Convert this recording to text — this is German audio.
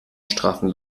straffen